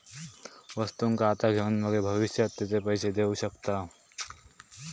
वस्तुंका आता घेऊन मगे भविष्यात तेचे पैशे देऊ शकताव